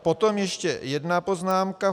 Potom ještě jedna poznámka.